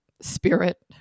spirit